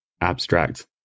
abstract